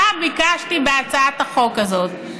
מה ביקשתי בהצעת החוק הזאת?